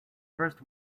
first